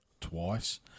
twice